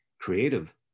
creative